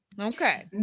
okay